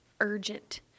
urgent